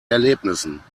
erlebnissen